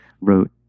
wrote